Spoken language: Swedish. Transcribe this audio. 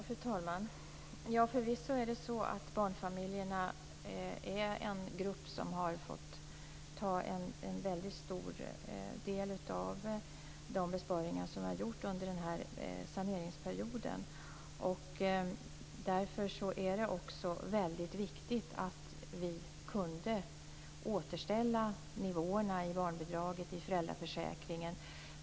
Fru talman! Förvisso är barnfamiljerna en grupp som har fått ta en väldigt stor del av de besparingar som har gjorts under saneringsperdioden. Därför är det också väldigt viktigt att vi kunde återställa nivåerna i barnbidraget och i föräldraförsäkringen.